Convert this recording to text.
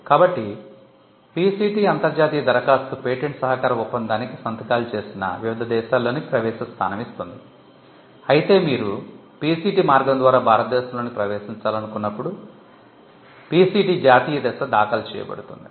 కాబట్టి PCT అంతర్జాతీయ దరఖాస్తు పేటెంట్ సహకార ఒప్పందానికి సంతకాలు చేసిన వివిధ దేశాలలోకి ప్రవేశ స్థానం ఇస్తుంది అయితే మీరు PCT మార్గం ద్వారా భారతదేశంలోకి ప్రవేశించాలనుకున్నప్పుడు PCT జాతీయ దశ దాఖలు చేయబడుతుంది